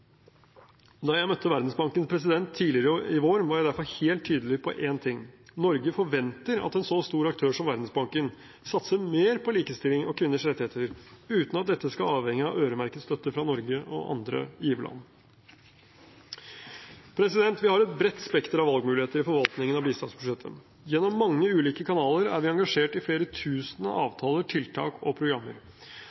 Da jeg møtte Verdensbankens president tidligere i vår, var jeg derfor helt tydelig på én ting: Norge forventer at en så stor aktør som Verdensbanken satser mer på likestilling og kvinners rettigheter, uten at dette skal avhenge av øremerket støtte fra Norge og andre giverland. Vi har et bredt spekter av valgmuligheter i forvaltningen av bistandsbudsjettet. Gjennom mange ulike kanaler er vi engasjert i flere